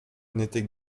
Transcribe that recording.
n’était